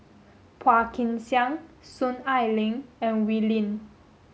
Phua Kin Siang Soon Ai Ling and Wee Lin